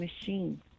machine